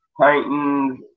Titans